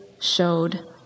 showed